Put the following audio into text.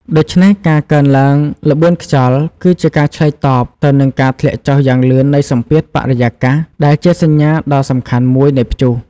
ដូច្នេះ ការកើនឡើងល្បឿនខ្យល់គឺជាការឆ្លើយតបទៅនឹងការធ្លាក់ចុះយ៉ាងលឿននៃសម្ពាធបរិយាកាស ដែលជាសញ្ញាដ៏សំខាន់មួយនៃព្យុះ។